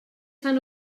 fan